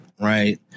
right